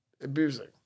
Abusing